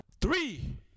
Three